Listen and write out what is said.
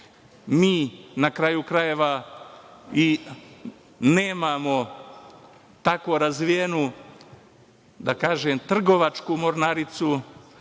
Mi, na kraju krajeva, i nemamo tako razvijenu, da kažem, trgovačku mornaricu,